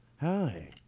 hi